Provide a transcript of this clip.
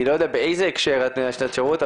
באיזו מסגרת את עושה את השנת שירות?